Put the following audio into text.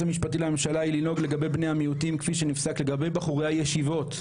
המשפטי לממשלה היא לנהוג לגבי מיעוטים כפי שנפסק לגבי בחורי הישיבות.